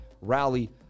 rally